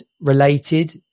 related